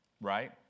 Right